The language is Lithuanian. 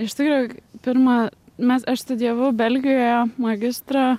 iš tikro pirma mes aš studijavau belgijoje magistrą